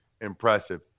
impressive